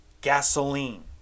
gasoline